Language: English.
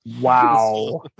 Wow